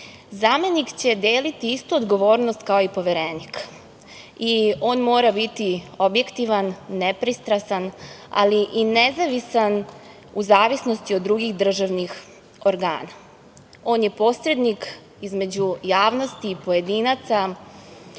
tela. Zamenik će deliti istu odgovornost kao i poverenik. On mora biti objektivan, nepristrasan ali i nezavisan u zavisnosti od drugih državnih organa. On je posrednik između javnosti i pojedinaca,